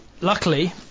Luckily